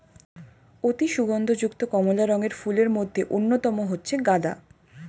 অতি সুগন্ধ যুক্ত কমলা রঙের ফুলের মধ্যে অন্যতম হচ্ছে গাঁদা